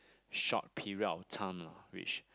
short period of time lah which